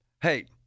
Hey